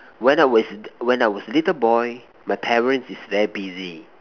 when I was when I was a little boy my parents is very busy